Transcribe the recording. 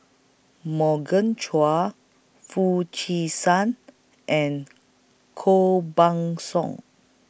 Morgan Chua Foo Chee San and Koh Buck Song